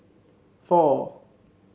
four